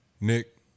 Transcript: Nick